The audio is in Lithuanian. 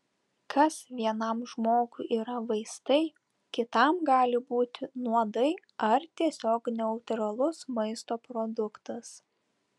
kas vienam žmogui yra vaistai kitam gali būti nuodai ar tiesiog neutralus maisto produktas